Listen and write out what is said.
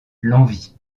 l’envie